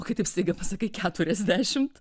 o kai taip staiga pasakai keturiasdešimt